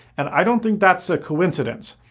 and i don't think that's a coincidence.